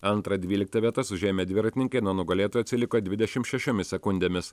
antrą dvyliktą vietas užėmę dviratininkai nuo nugalėtojo atsiliko dvidešim šešiomis sekundėmis